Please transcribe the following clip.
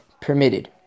permitted